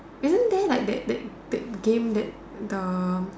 isn't there like that that that game that the